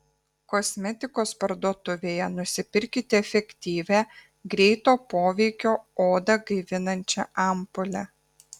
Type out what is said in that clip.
kosmetikos parduotuvėje nusipirkite efektyvią greito poveikio odą gaivinančią ampulę